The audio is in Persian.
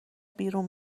بیرون